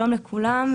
שלום לכולם.